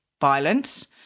violence